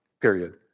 period